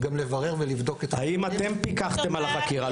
גם לברר ולבדוק את --- האם אתם פיקחתם על החקירה,